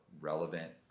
relevant